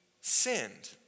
sinned